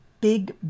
big